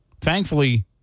Thankfully